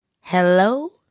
Hello